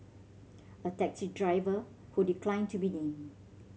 a taxi driver who declined to be named